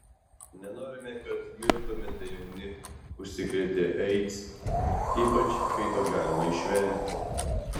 nenorime kad mirtumėte jauni užsikrėtę aids ypač kai to galima išvengti